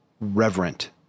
reverent